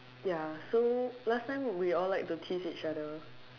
ya so last time we all like tease each other